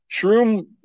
shroom